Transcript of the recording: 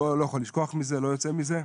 אני לא יכול לשכוח מזה, לא יוצא מזה,